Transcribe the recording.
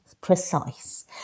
precise